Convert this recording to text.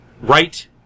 Right